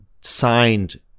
signed